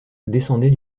descendait